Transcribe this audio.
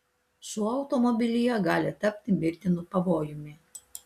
šuo automobilyje gali tapti mirtinu pavojumi